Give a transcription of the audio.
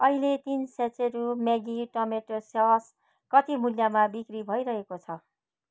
अहिले तिन स्याचेरू म्यागी टम्याटो सस कति मूल्यमा बिक्री भइरहेको छ